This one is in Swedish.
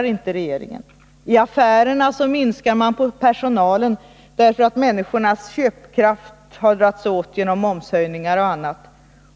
I affärerna minskar man på personalen därför att människornas köpkraft har dragits åt genom momshöjningar och annat.